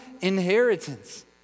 inheritance